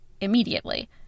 Immediately